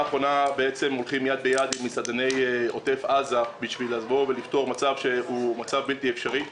הולכים יד ביד עם מסעדני עוטף עזה בשביל לפתור מצב בלתי אפשרי,